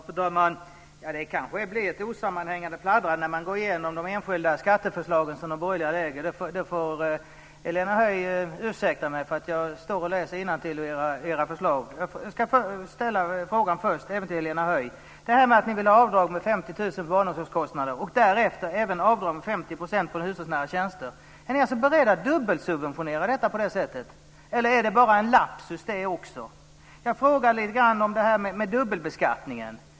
Fru talman! Det kanske blir ett osammanhängande pladdrande när man går igenom de enskilda skatteförslagen som de borgerliga har lagt fram. Helena Höij får ursäkta att jag står och läser innantill i era förslag. Jag ska fråga även Helena Höij: Ni vill ha avdrag med 50 000 för barnomsorgskostnader och därefter även avdrag med 50 % för hushållsnära tjänster. Ni är alltså beredda att dubbelsubventionera, eller är det också en lapsus? Jag frågade lite grann om dubbelbeskattningen.